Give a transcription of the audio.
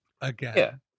again